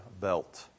belt